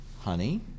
honey